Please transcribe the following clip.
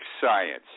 science